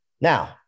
Now